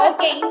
Okay